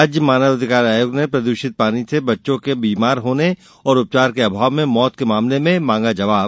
राज्य मानव अधिकार आयोग ने प्रदूषित पानी से बच्चों के बीमार होने और उपचार के अभाव में मौत के मामले में मांगा जवाब